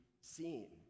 seen